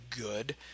good